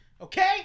Okay